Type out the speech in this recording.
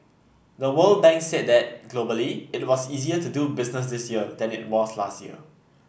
the World Bank said that globally it was easier to do business this year than it was last year